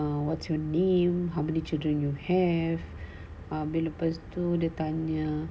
what's your name how many children you have lepas tu dia tanya